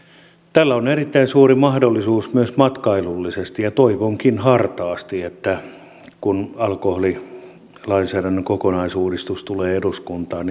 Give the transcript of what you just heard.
tällä on erittäin suuri mahdollisuus myös matkailullisesti ja ja toivonkin hartaasti että kun alkoholilainsäädännön kokonaisuudistus tulee eduskuntaan